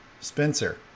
Spencer